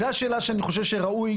זו השאלה שאני חושב שראוי,